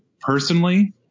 Personally